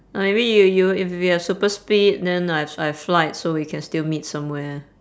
oh maybe if you have super speed then I h~ I have flight so we can still meet somewhere